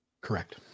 Correct